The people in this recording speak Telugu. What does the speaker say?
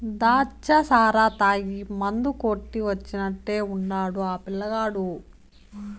దాచ్చా సారా తాగి మందు కొట్టి వచ్చినట్టే ఉండాడు ఆ పిల్లగాడు